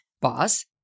boss